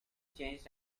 changed